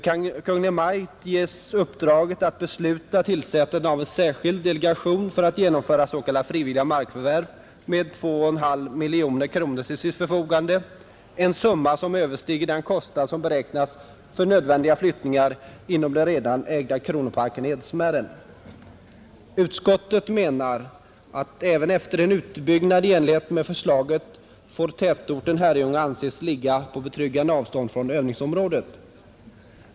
Kungl. Maj:t ges uppdraget att besluta om tillsättandet av en särskild delegation för att genomföra s.k. frivilliga markförvärv med 2,5 miljoner kronor till sitt förfogande, en summa som överstiger den kostnad som beräknats för nödvändiga flyttningar inom den redan ägda kronparken i Edsmären. Utskottet menar att även efter en utbyggnad i enlighet med förslaget får tätorten Herrljunga anses ligga på betryggande avstånd från övningsområdet.